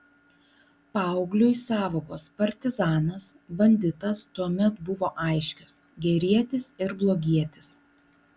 paaugliui sąvokos partizanas banditas tuomet buvo aiškios gerietis ir blogietis